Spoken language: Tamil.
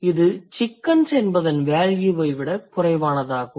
இது chickens என்பதன் வேல்யூவை விட குறைவானதாகும்